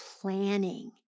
planning